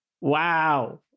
wow